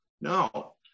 No